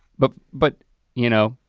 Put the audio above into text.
but but you know,